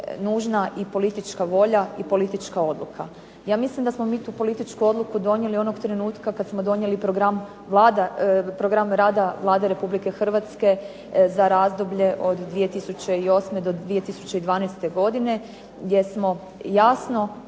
i politička volja i politička odluka. Ja mislim da smo mi tu političku odluku donijeli onog trenutka kad smo donijeli program rada Vlade Republike Hrvatske za razdoblje od 2008. do 2012. godine gdje smo jasno